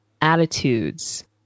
attitudes